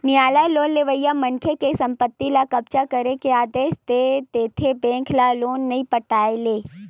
नियालय लोन लेवइया मनखे के संपत्ति ल कब्जा करे के आदेस तो दे देथे बेंक ल लोन नइ पटाय ले